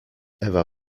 ewa